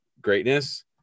greatness